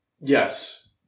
Yes